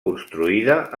construïda